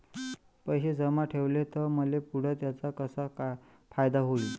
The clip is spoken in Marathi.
पैसे जमा ठेवले त मले पुढं त्याचा कसा फायदा होईन?